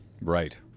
Right